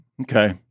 okay